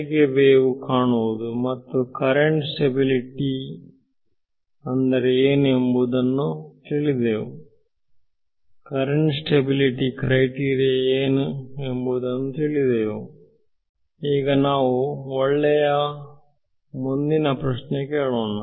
ಹೇಗೆ ವೇವ್ ಕಾಣುವುದು ಮತ್ತು ಕರೆಂಟ್ ಸ್ಟೆಬಿಲಿಟಿ ಕರಿಯ ಎಂದರೆ ಏನು ಎಂಬುದನ್ನು ತಿಳಿದೆವು ಈಗ ನಾವು ಒಳ್ಳೆಯ ಮುಂದಿನ ಪ್ರಶ್ನೆ ಕೇಳೋಣ